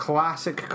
Classic